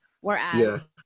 whereas